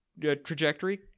trajectory